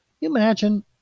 imagine